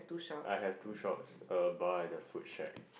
I have two shops uh by the food shack